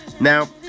Now